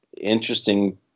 Interesting